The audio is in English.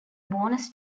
bonus